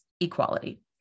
equality